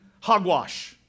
Hogwash